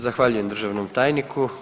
Zahvaljujem državnom tajniku.